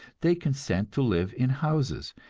they consent to live in houses,